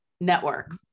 network